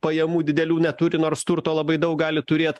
pajamų didelių neturi nors turto labai daug gali turėt